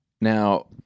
Now